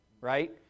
right